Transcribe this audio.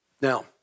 Now